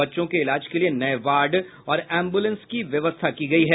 बच्चों के इलाज के लिये नये वार्ड और एम्बुलेंस की व्यवस्था की गयी है